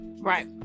Right